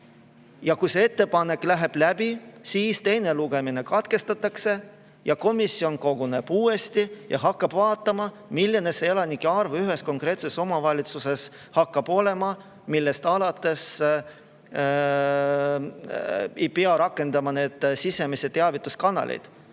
Kui see ettepanek läheb läbi, siis teine lugemine katkestatakse, komisjon koguneb uuesti ning hakkab vaatama, milline see elanike arv omavalitsuses hakkab olema, millest alates [peab] rakendama sisemisi teavituskanaleid.